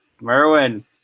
Merwin